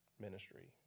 ministry